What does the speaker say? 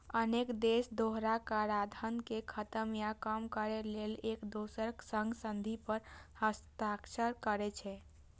अनेक देश दोहरा कराधान कें खत्म या कम करै लेल एक दोसरक संग संधि पर हस्ताक्षर करै छै